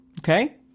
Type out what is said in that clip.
okay